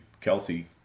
Kelsey